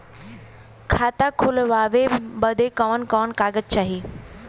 खाता खोलवावे बादे कवन कवन कागज चाही?